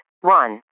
one